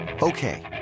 Okay